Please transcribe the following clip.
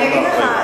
אני אגיד לך,